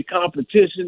competition